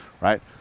right